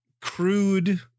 crude